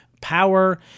power